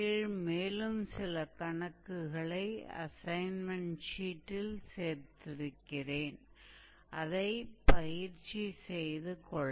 और मैं आपके असाइनमेंट शीट में कुछ उदाहरणों को शामिल करने का भी प्रयास करूंगा ताकि उनका अभ्यास कर सकें